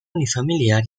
unifamiliar